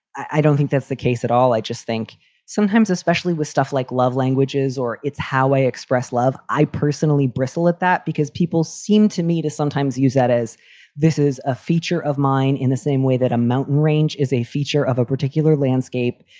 i don't think that's the case at all. i just think sometimes, especially with stuff like love languages or it's how i express love, i personally bristle at that because people seem to me to sometimes use that as this is a feature of mine in the same way that a mountain range is a feature of a particular landscape.